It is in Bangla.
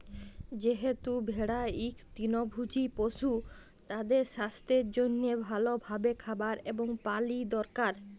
যেহেতু ভেড়া ইক তৃলভজী পশু, তাদের সাস্থের জনহে ভাল ভাবে খাবার এবং পালি দরকার